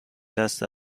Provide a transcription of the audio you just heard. دست